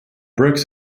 bricks